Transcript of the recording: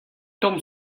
tamm